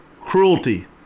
cruelty